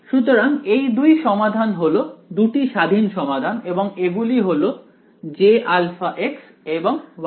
সুতরাং এই দুই সমাধান হলো দুটি স্বাধীন সমাধান এবং এগুলি হল Jα এবং Yα